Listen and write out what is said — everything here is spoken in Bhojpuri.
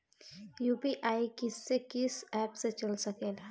यू.पी.आई किस्से कीस एप से चल सकेला?